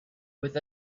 with